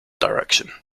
direction